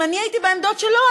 אם אני הייתי בעמדות שלו,